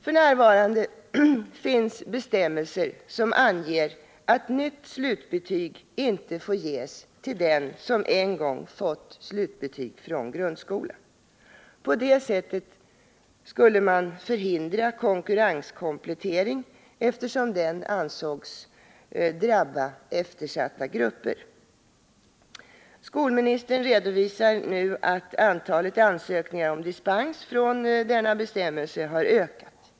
F. n. finns bestämmelser som anger att nytt slutbetyg inte får ges till den som en gång fått slutbetyg från grundskolan. På det sättet skulle man förhindra konkurrenskomplettering, eftersom den ansågs drabba eftersatta grupper. Skolministern redovisar att antalet ansökningar om dispens från denna bestämmelse har ökat.